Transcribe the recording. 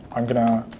i'm going to